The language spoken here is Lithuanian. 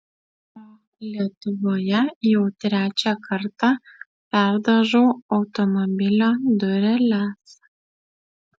o lietuvoje jau trečią kartą perdažau automobilio dureles